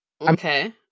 Okay